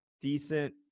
decent